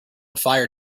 fire